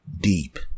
Deep